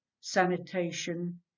sanitation